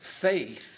faith